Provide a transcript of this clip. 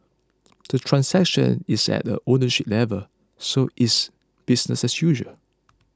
the transaction is at the ownership level so it's business as usual